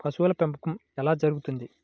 పశువుల పెంపకం ఎలా జరుగుతుంది?